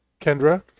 Kendra